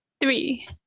three